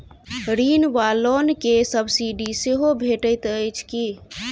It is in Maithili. ऋण वा लोन केँ सब्सिडी सेहो भेटइत अछि की?